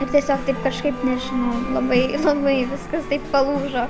ir tiesiog taip kažkaip nežinau labai labai viskas taip palūžo